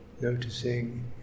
noticing